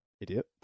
Idiot